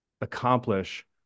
accomplish